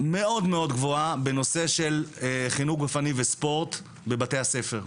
מאוד מאוד גבוהה בנושא של חינוך גופני וספורט בבתי הספר.